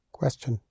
question